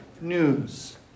news